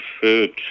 food